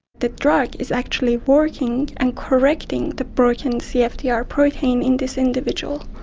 the drug is actually working and correcting the broken cftr ah protein in this individual.